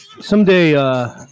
someday